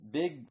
big